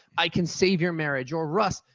i can save your marriage. or, russ,